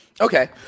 Okay